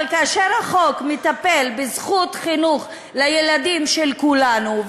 אבל כאשר החוק מטפל בזכות לחינוך של הילדים של כולנו,